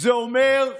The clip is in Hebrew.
זה אומר,